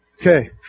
Okay